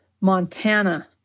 Montana